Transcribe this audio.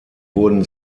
wurden